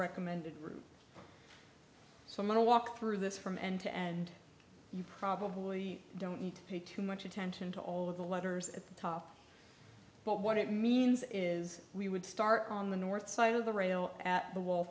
recommended route so i'm on a walk through this from end to end you probably don't need to pay too much attention to all of the letters at the top but what it means is we would start on the north side of the rail at the w